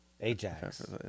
Ajax